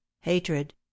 hatred